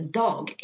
dag